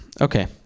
okay